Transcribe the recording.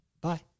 Bye